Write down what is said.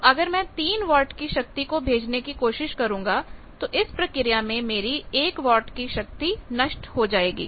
तो अगर मैं 3 वाट की शक्ति को भेजने की कोशिश करूंगा तो इस प्रक्रिया में मेरी एक वाट की शक्ति नष्ट हो जाएगी